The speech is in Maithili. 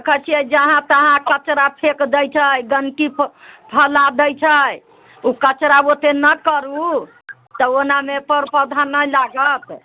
देखैत छियै जहाँ तहाँ कचरा फेँक दै छै गंदगी फैलाबैत छै ओ कचरा ओतेक नहि करू तऽ ओनामे पेड़ पौधा नहि लागत